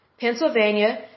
Pennsylvania